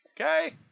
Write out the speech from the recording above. Okay